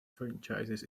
franchises